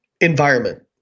environment